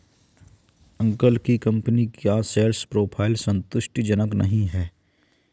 uncle की company का sales profile संतुष्टिजनक नही है